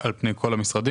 על פני כל המשרדים?